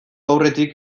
aurretik